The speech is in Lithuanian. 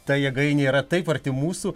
ta jėgainė yra taip arti mūsų